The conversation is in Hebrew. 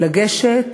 לגשת